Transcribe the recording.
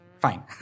Fine